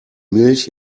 milch